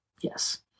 yes